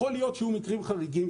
יכול להיות שיהיו מקרים חריגים,